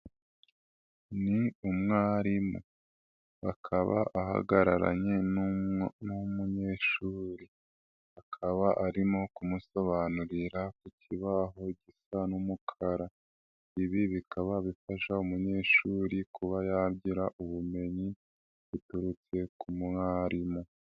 Ni umwarimu , abakaba ahagararanye n'umunyeshuri, akaba arimo kumusobanurira ku kibaho gisa n'umukara, ibi bikaba bifasha umunyeshuri kuba yagira ubumenyi buturutse ku mwarimu.